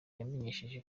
yamenyesheje